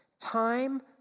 Time